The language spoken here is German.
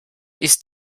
ist